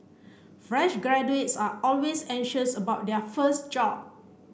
fresh graduates are always anxious about their first job